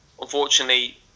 unfortunately